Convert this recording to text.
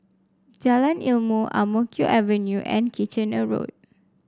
Jalan Ilmu Ang Mo Kio Avenue and Kitchener Road